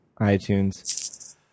iTunes